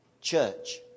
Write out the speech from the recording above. church